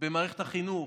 במערכת החינוך,